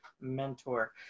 mentor